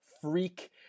freak